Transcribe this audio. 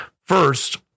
First